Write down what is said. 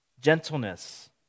Gentleness